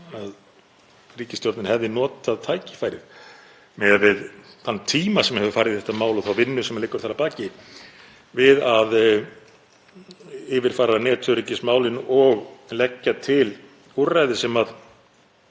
að ríkisstjórnin hefði notað tækifærið, miðað við þann tíma sem hefur farið í þetta mál og þá vinnu sem liggur þar að baki, til að yfirfara netöryggismálin og leggja til úrræði sem